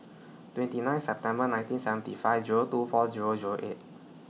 twenty nine September nineteen seventy five Zero two four Zero Zero eight